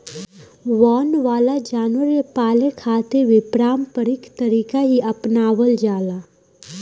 वन वाला जानवर के पाले खातिर भी पारम्परिक तरीका ही आपनावल जाला